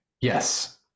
Yes